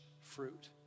fruit